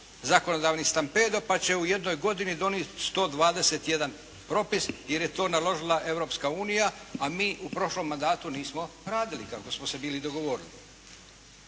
zakonodavni stampedo, pa će u jednoj godini donijeti 121 propis jer je to naložila Europska unija, a mi u prošlom mandatu nismo radili kako smo se bili dogovorili.